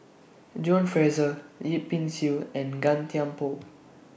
John Fraser Yip Pin Xiu and Gan Thiam Poh